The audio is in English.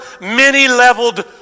many-leveled